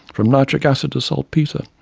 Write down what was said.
from nitric acid to saltpeter,